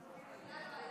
לרשותך עשר דקות.